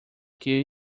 que